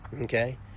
Okay